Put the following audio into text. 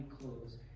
close